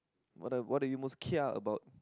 what are what are you most kia about